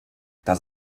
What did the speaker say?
das